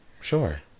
Sure